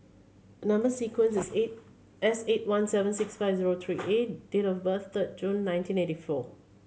number sequence is eight S eight one seven six five zero three A date of birth third June nineteen eighty four